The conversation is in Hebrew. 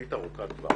תוכנית ארוכת טווח